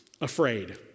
afraid